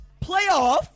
playoff